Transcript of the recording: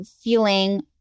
feeling